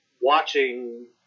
watching